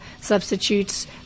substitutes